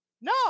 No